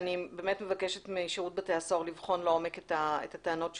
אני באמת מבקשת משירות בתי הסוהר לבחון לעומק את הטענות שעולות.